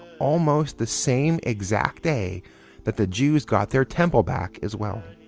almost the same exact day that the jews got their temple back as well.